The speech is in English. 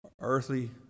earthly